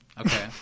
okay